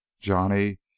Johnny